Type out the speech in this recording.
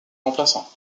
remplaçants